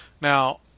Now